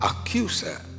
accuser